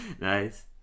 Nice